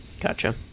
Gotcha